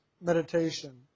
meditation